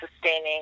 sustaining